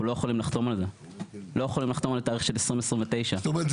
אנחנו לא יכולים לחתום על תאריך של 2029. כלומר,